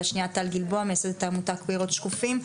והשנייה טל גלבוע, מיסת העמותה "קירות שקופים".